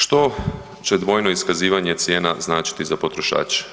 Što će dvojno iskazivanje cijena značiti za potrošače?